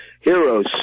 heroes